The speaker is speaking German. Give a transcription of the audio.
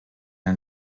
ein